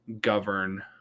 govern